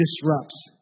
disrupts